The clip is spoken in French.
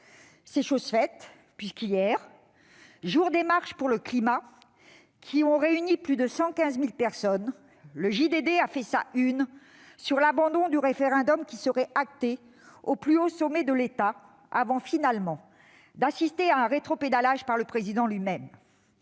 C'est chose faite, puisque, hier, jour des marches pour le climat, qui ont réuni plus de 115 000 personnes, le a fait sa une sur l'abandon du référendum, qui serait acté au plus haut sommet de l'État, avant d'assister à un rétropédalage du Président lui-même.